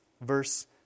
verse